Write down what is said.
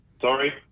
sorry